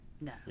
No